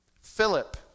Philip